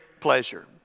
pleasure